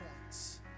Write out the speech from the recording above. points